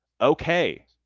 Okay